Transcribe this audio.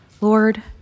Lord